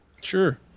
Sure